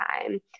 time